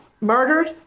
murdered